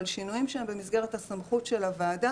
אבל שינויים שהם במסגרת הסמכות של הוועדה